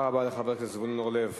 תודה רבה לחבר הכנסת זבולון אורלב.